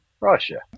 Russia